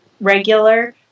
regular